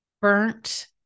burnt